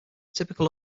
typical